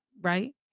Right